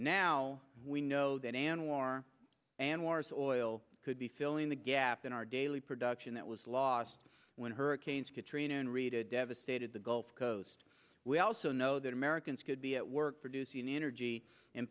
now we know that anwar and wars or oil could be filling the gap in our daily production that was lost when hurricanes katrina and rita devastated the gulf coast we also know that americans could be at work producing energy and